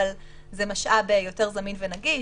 אבל זה משאב יותר זמין ונגיש,